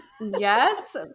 Yes